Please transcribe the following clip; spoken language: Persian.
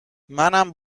منم